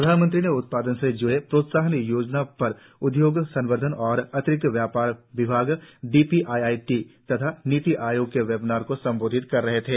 प्रधानमंत्री उत्पादन से ज्डी प्रोत्साहन योजना पर उदयोग संवर्धन और आंतरिक व्यापार विभाग D P I I T तथा नीति आयोग के वेबिनार को सम्बोधित कर रहे थे